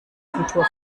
kultur